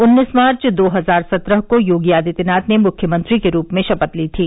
उन्नीस मार्च दो हजार सत्रह को योगी आदित्यनाथ ने मुख्यमंत्री के रूप में शपथ ली थी